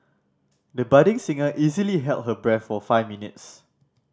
the budding singer easily held her breath for five minutes